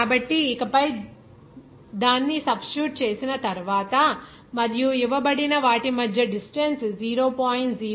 కాబట్టి ఇకపై దాని సబ్స్టిట్యూట్ చేసిన తర్వాత మరియు ఇవ్వబడిన వాటి మధ్య డిస్టెన్స్ 0